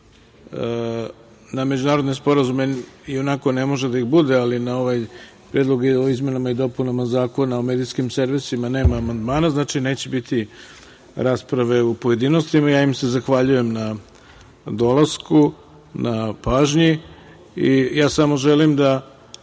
na međunarodne sporazume, ionako ne može da ih bude, ali na ovaj Predlog izmena i dopuna Zakon o medijskim servisima nema amandmana, znači neće biti rasprave u pojedinostima. Ja im se zahvaljujem na dolasku, na pažnji. Samo želim da,